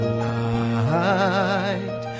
light